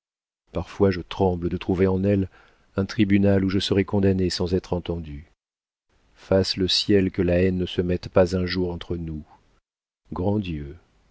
parfois je tremble de trouver en elle un tribunal où je serai condamnée sans être entendue fasse le ciel que la haine ne se mette pas un jour entre nous grand dieu